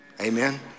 amen